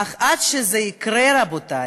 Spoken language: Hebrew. אך עד שזה יקרה, רבותי,